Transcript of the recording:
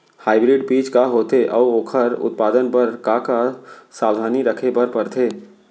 Hybrid बीज का होथे अऊ ओखर उत्पादन बर का का सावधानी रखे बर परथे?